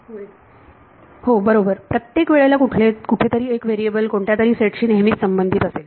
विद्यार्थी होय हो बरोबर प्रत्येक वेळेला कुठेतरी एक व्हेरिएबल कोणत्यातरी सेट शी नेहमीच संबंधित असेल